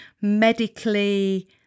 medically